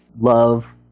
love